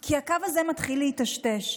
כי הקו הזה מתחיל להיטשטש.